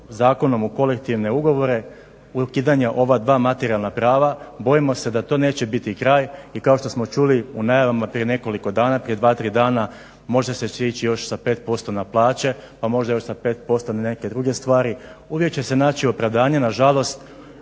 Uvijek će se naći opravdanje nažalost